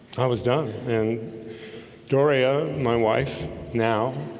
i was done and doria my wife now